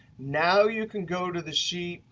now you can go to the sheet,